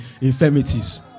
infirmities